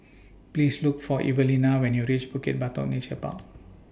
Please Look For Evelina when YOU REACH Bukit Batok Nature Park